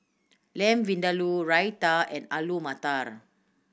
Lamb Vindaloo Raita and Alu Matar